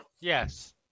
Yes